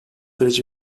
verici